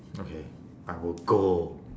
okay I will go